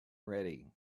ready